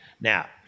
Now